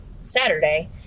Saturday